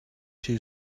too